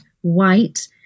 white